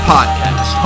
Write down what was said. Podcast